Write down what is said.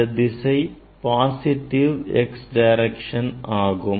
இந்த திசை positive x direction ஆகும்